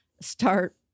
start